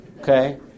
okay